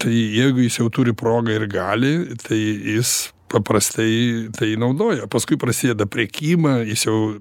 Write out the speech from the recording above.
tai jeigu jis jau turi progą ir gali tai jis paprastai tai naudoja paskui prasideda prekyba jis jau